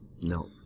No